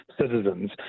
citizens